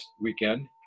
weekend